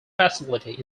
facility